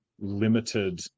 limited